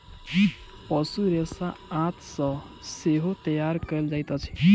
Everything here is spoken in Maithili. पशु रेशा आंत सॅ सेहो तैयार कयल जाइत अछि